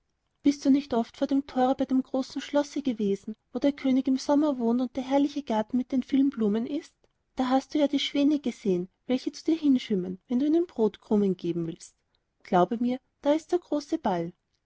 bist du nicht oft vor dem thore bei dem großen schlosse gewesen wo der könig im sommer wohnt und der herrliche garten mit den vielen blumen ist du hast ja die schwäne gesehen welche zu dir hinschwimmen wenn du ihnen brotkrumen geben willst glaube mir da draußen ist großer ball